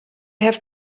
have